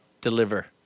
deliver